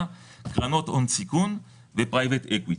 קרנות הון סיכון ו- private equity.